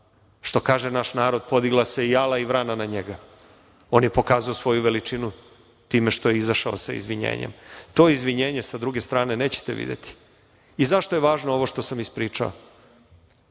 Što kaže naš narod podigla se i ala i vrana na njega. On je pokazao svoju veličinu time što je izašao sa izvinjenjem. To izvinjenje sa druge strane nećete videti.Zašto je važno ovo što sam ispričao?